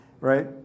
right